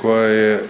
koja je